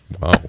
Wow